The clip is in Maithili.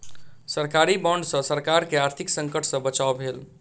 सरकारी बांड सॅ सरकार के आर्थिक संकट सॅ बचाव भेल